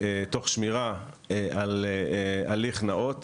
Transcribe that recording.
תוך שמירה על הליך נאות